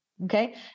Okay